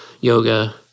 yoga